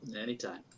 Anytime